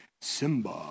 Simba